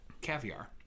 caviar